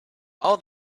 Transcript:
all